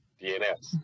DNS